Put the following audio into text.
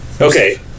Okay